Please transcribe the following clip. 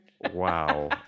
Wow